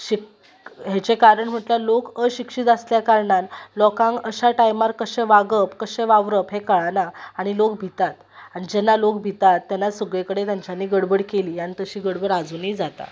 हाजें कारण म्हटल्यार लोक अशिक्षीत आसल्या कारणान लोकांक कशा टायमार कशें वागप कशें वावरप हें कळना आनी लोक बितात आनी जेन्ना लोक भितात तेन्ना सगले कडे तांच्यांनी गडबड केली तशी गडबड आजुनी जाता